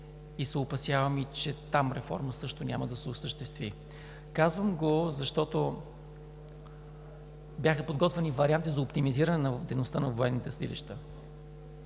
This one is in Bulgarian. и се опасявам, че там реформа също няма да се осъществи. Казвам го, защото бяха подготвени варианти за оптимизиране на дейността на военните съдилища.